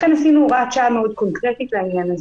לכן עשינו הוראת שעה מאוד קונקרטית לעניין הזה.